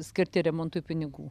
skirti remontui pinigų